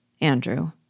Andrew